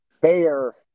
bear